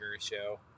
show